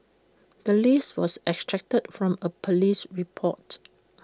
the list was extracted from A Police report